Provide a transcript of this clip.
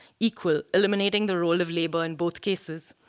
equal, eliminating the role of labor in both cases.